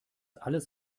alles